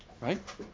Right